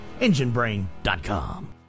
EngineBrain.com